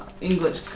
English